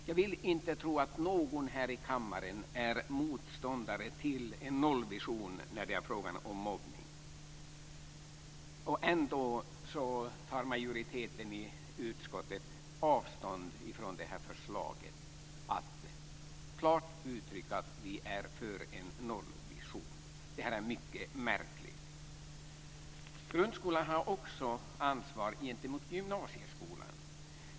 Jag vill inte tro att någon här i kammaren är motståndare till en nollvision i fråga om mobbning. Ändå tar majoriteten i utskottet avstånd från förslaget att klart uttrycka att vi är för en nollvision. Det är mycket märkligt. Grundskolan har också ett ansvar gentemot gymnasieskolan.